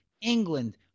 England